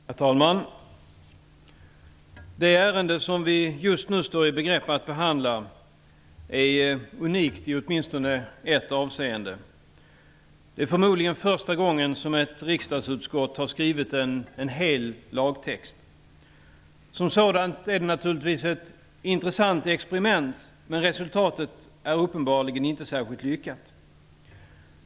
Herr talman! Det ärende som vi just nu står i begrepp att behandla är unikt i åtminstone ett avseende: Det är förmodligen första gången som ett riksdagsutskott har skrivit en hel lagtext. Som sådant är det naturligtvis ett intressant experiment, men resultatet är uppenbarligen inte särskilt lyckat.